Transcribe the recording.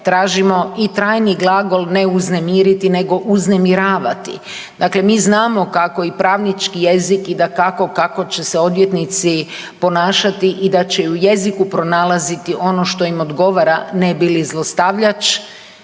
tražimo i trajni glagol ne uznemiriti nego uznemiravati, dakle mi znamo kako i pravnički jezik i dakako, kako će se odvjetnici ponašati i da će u jeziku pronalaziti ono što im odgovara ne bi li zlostavljač